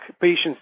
patients